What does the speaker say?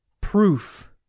proof